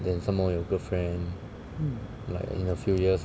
then some more 有 girlfriend like in a few years